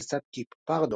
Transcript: לצד קיפ פארדו.